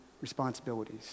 responsibilities